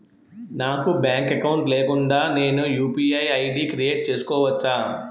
నాకు bank account లేకుండా నేను యు.పి.ఐ ఐ.డి క్రియేట్ చేసుకోవచ్చా?